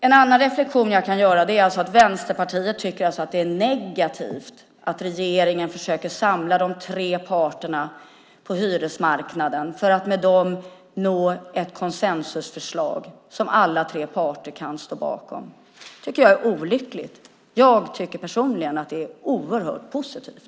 En annan reflexion jag kan göra är att Vänsterpartiet tycker att det är negativt att regeringen försöker samla de tre parterna på hyresmarknaden för att nå ett konsensusförslag som alla tre parterna kan stå bakom. Det är olyckligt. Jag tycker personligen att det är oerhört positivt.